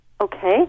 Okay